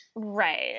Right